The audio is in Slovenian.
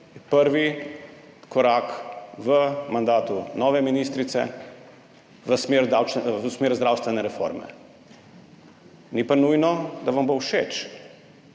prvi korak v mandatu nove ministrice v smeri zdravstvene reforme. Ni pa nujno, da vam bo všeč